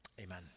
amen